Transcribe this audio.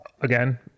again